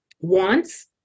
wants